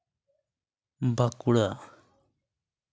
Bankura